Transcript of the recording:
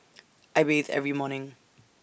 I bathe every morning